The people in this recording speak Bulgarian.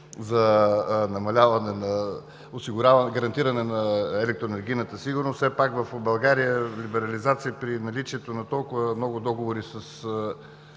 за гарантиране на електроенергийната сигурност. Все пак в България либерализация при наличие на толкова много договори с